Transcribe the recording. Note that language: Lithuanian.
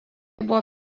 buvo